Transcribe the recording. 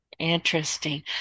interesting